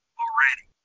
already